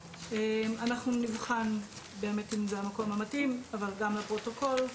אנחנו נבחן אם זה המקום המתאים אבל גם לפרוטוקול,